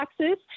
taxes